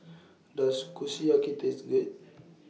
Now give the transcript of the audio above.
Does Kushiyaki Taste Good